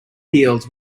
heels